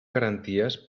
garanties